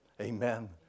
Amen